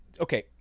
okay